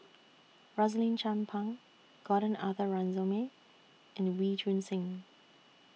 Rosaline Chan Pang Gordon Arthur Ransome and Wee Choon Seng